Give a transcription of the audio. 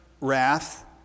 wrath